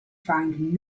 found